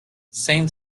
same